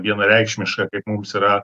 vienareikšmiška kaip mums yra